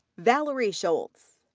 valerie schultz.